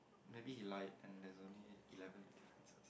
maybe he lied and there's only eleven